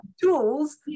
tools